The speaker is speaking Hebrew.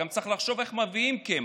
צריך לחשוב גם איך מביאים קמח.